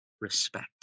Respect